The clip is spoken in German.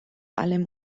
allem